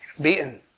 beaten